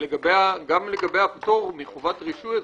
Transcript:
גם לגבי הפטור מחובת רישוי.